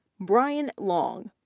brian long,